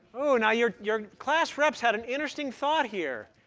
now, your your class reps had an interesting thought here.